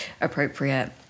appropriate